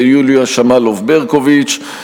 יוליה שמאלוב-ברקוביץ,